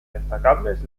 destacables